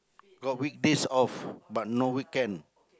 got weekdays off but no weekend